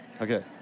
okay